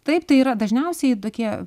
taip tai yra dažniausiai tokie